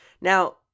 Now